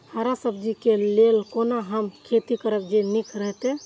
हरा सब्जी के लेल कोना हम खेती करब जे नीक रहैत?